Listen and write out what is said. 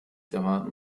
erwarten